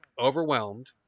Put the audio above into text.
overwhelmed